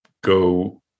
go